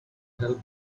help